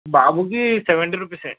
బాబుకి సెవెంటీ రూపీసే